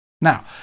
Now